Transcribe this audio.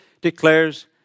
declares